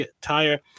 tire